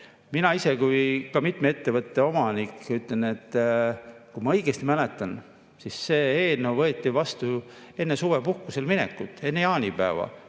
Mina ise kui mitme ettevõtte omanik ütlen, et kui ma õigesti mäletan, siis see eelnõu võeti vastu enne suvepuhkusele minekut, enne jaanipäeva.